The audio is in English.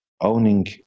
owning